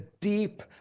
deep